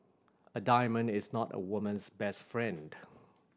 a diamond is not a woman's best friend